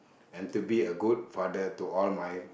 and to be a good father to all my